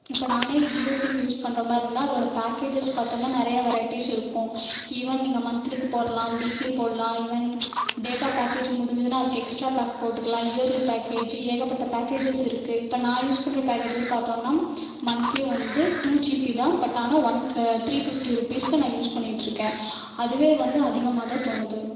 இப்போ நானே Jio sim use பண்ணுற மாதிரிருந்தா அதோட பேக்கேஜஸ் பார்த்தோன்னா நிறையா வெரைட்டீஸ் இருக்கும் ஈவன் நீங்கள் மந்த்திலிக்கு போடலாம் வீக்லி போடலாம் ஈவன் டேட்டா பேக்கேஜ் முடிச்சுதுனா அதுக்கு எக்ஸ்ட்ரா பேக் போட்டுக்கலாம் இயர்லி பேக்கேஜ் ஏகப்பட்ட பேக்கேஜஸ் இருக்குது இப்போ நான் யூஸ் பண்ணுற பேக்கேஜை பார்த்தோன்னா மந்த்திலி வந்து டூ ஜிபி தான் பட் ஆனால் ஒன் த்ரீ ஃபிஃப்டி ருபீஸ்க்கு நான் யூஸ் பண்ணிகிட்ருக்கேன் அதுவே வந்து அதிகமாக தான் தோணுது